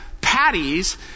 patties